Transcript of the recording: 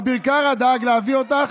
אביר קארה דאג להביא אותך.